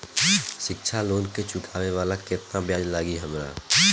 शिक्षा लोन के चुकावेला केतना ब्याज लागि हमरा?